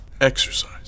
Exercise